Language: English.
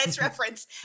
reference